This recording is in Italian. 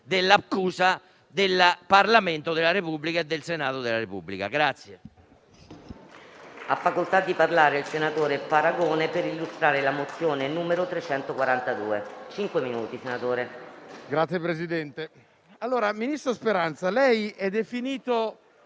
dell'accusa del Parlamento della Repubblica e del Senato della Repubblica.